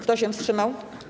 Kto się wstrzymał?